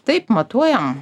taip matuojam